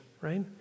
right